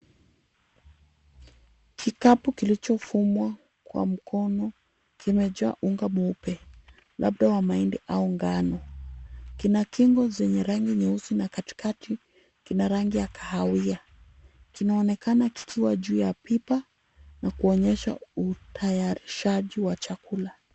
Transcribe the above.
Kikapu kilichofumwa kwa mkono, kimejaa unga mweupe labda wa mahindi au ngano. Kina kingo za rangi nyeusi na katikati kina rangi ya kahawia. Kinaonekana likiwa juu ya pipa na kuonyesha utayarishaji wa chakula.